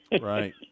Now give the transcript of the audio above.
Right